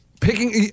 Picking